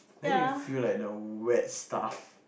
then you feel like the wet stuff